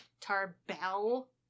Tarbell